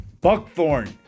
buckthorn